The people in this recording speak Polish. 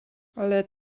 ale